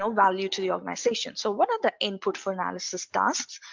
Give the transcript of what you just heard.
so value to the organization. so what are the input for analysis tasks?